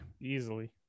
Easily